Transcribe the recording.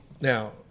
Now